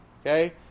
okay